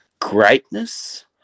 greatness